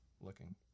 looking